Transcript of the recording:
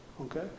Okay